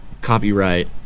copyright